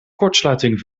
kortsluiting